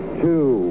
two